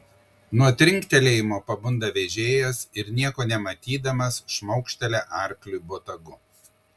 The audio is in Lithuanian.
nuo trinktelėjimo pabunda vežėjas ir nieko nematydamas šmaukštelia arkliui botagu